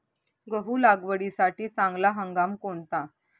गहू लागवडीसाठी चांगला हंगाम कोणता?